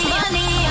money